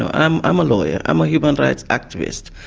i'm i'm a lawyer, i'm a human rights activist.